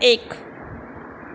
એક